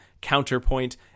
counterpoint